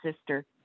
sister